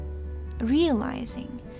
realizing